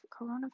coronavirus